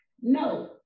No